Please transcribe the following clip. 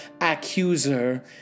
accuser